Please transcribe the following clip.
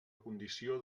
condició